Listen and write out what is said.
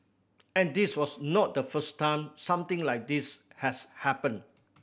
and this was not the first time something like this has happened